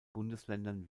bundesländern